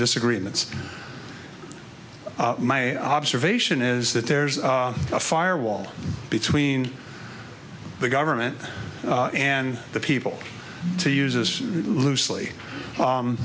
disagreements my observation is that there's a firewall between the government and the people to use this loosely